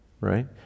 right